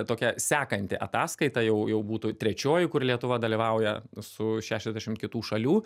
tokia sekanti ataskaita jau jau būtų trečioji kur lietuva dalyvauja su šešiasdešimt kitų šalių